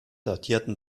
datieren